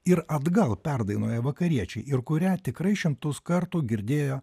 ir atgal perdainuoja vakariečiai ir kurią tikrai šimtus kartų girdėjo